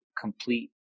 complete